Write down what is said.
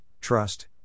trust